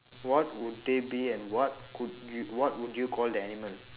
what would they be and what could you what would you call the animal